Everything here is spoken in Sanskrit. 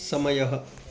समयः